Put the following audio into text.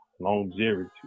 longevity